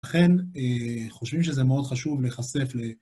ולכן חושבים שזה מאוד חשוב להחשף ל...